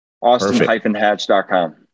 austin-hatch.com